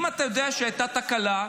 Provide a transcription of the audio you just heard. אם אתה יודע שהייתה תקלה,